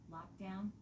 Lockdown